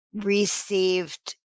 received